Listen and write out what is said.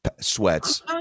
sweats